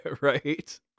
right